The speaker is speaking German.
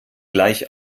gleich